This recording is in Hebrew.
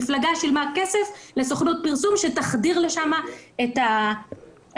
מפלגה שילמה כסף לסוכנות פרסום שתחדיר לשם את המסרים.